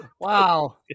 Wow